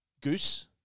Goose